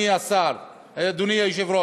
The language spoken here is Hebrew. אדוני היושב-ראש,